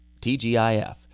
TGIF